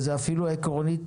ועקרונית,